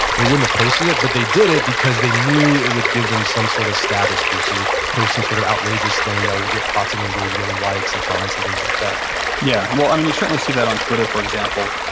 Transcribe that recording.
they wouldn't have posted it, but they did it because they knew it would give them some sort of status boost. so they post some sort of outrageous thing that will get lots of engagement and likes and comments and things like that yeah, well, um and you certainly see that on twitter, for example.